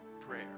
Prayer